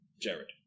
Jared